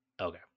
Okay